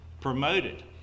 promoted